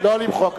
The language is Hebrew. לא למחוא כפיים.